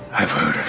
i've heard